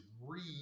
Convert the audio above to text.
read